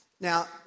Now